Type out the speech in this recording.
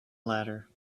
ladder